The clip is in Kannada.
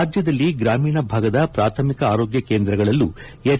ರಾಜ್ಜದಲ್ಲಿ ಗ್ರಾಮೀಣ ಭಾಗದ ಪ್ರಾಥಮಿಕ ಆರೋಗ್ಯ ಕೇಂದ್ರಗಳಲ್ಲೂ ಹೆಚ್